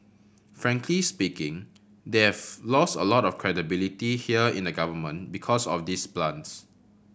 frankly speaking they have lost a lot of credibility here in the government because of these plants